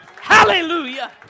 Hallelujah